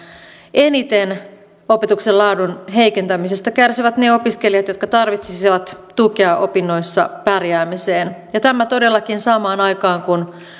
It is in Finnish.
eniten opetuksen laadun heikentämisestä kärsivät ne opiskelijat jotka tarvitsisivat tukea opinnoissa pärjäämiseen ja tämä todellakin samaan aikaan kun